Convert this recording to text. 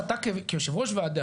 שאתה כיושב-ראש ועדה,